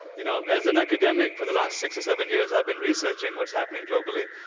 you know, as an academic for the last six or seven years i've been researching what's happening globally.